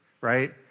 right